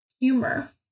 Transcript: humor